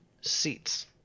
seats